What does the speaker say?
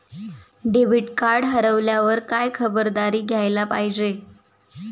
Debit card हरवल्यावर काय खबरदारी घ्यायला पाहिजे?